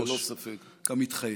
כמתחייב.